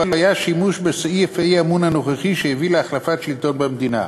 לא היה שימוש בסעיף האי-אמון הנוכחי שהביא להחלפת שלטון במדינה.